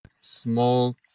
small